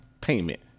payment